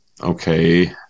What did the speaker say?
okay